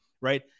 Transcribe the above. right